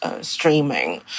streaming